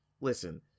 Listen